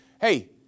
Hey